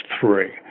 three